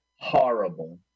Horrible